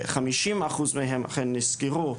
50% מהם אכן נסגרו,